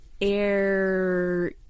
air